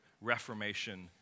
Reformation